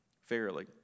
fairly